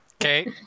Okay